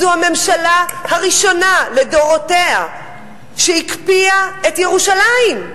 זו הממשלה הראשונה לדורותיה שהקפיאה את ירושלים.